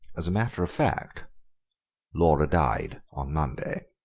as a matter of fact laura died on monday.